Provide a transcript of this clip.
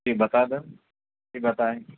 جی بتادیں جی بتائیں